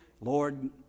Lord